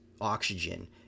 oxygen